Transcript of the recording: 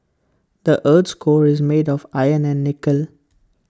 the Earth's core is made of iron and nickel